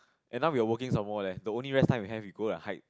and now we are working some more leh the only rest time we have you go and hike